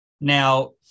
Now